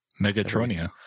Megatronia